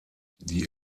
die